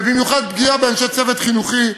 ובמיוחד פגיעה באנשי צוות חינוכי.